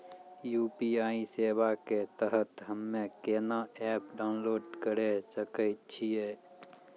UPI सेवा के तहत हम्मे केना एप्प डाउनलोड करे सकय छियै?